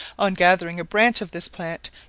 on gathering a branch of this plant,